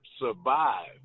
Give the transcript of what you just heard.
survive